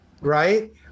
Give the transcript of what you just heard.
right